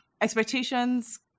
Expectations